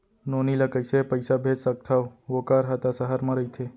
नोनी ल कइसे पइसा भेज सकथव वोकर हा त सहर म रइथे?